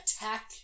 attack